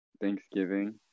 thanksgiving